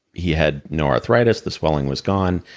he had no arthritis. the swelling was gone.